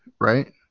right